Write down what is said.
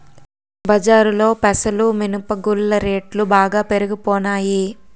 బజారులో పెసలు మినప గుళ్ళు రేట్లు బాగా పెరిగిపోనాయి